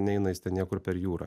neina jis ten niekur per jūrą